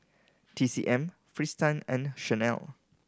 T C M Fristine and Chanel